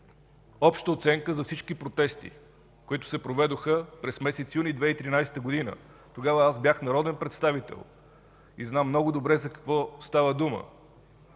общата оценка за всички протести, които се проведоха през месец юли 2013 г. Тогава аз бях народен представител и знам много добре за какво става дума.